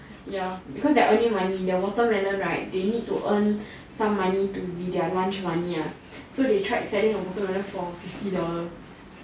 ya because they're earning money the watermelon right they need to earn some money to be their lunch money ah so they tried to selling a watermelon for fifty dollar